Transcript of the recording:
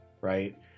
right